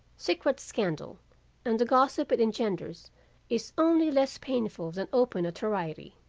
secret scandal and the gossip it engenders is only less painful than open notoriety.